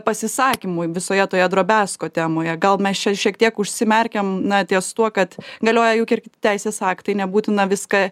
pasisakymų visoje toje drobesko temoje gal mes čia šiek tiek užsimerkiam na ties tuo kad galioja juk irgi teisės aktai nebūtina viską